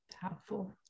Powerful